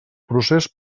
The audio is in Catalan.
procés